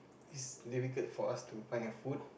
is difficult for us to find a food